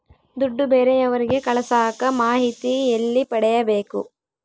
ದುಡ್ಡು ಬೇರೆಯವರಿಗೆ ಕಳಸಾಕ ಮಾಹಿತಿ ಎಲ್ಲಿ ಪಡೆಯಬೇಕು?